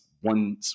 one